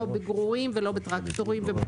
לא בגרורים ולא בטרקטורים.